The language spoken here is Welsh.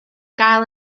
gael